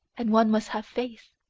and one must have faith.